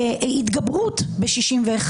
נשמח לדבר על זה.